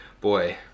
boy